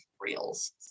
reels